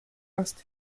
asked